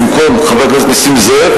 במקום חבר הכנסת נסים זאב,